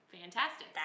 fantastic